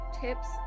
tips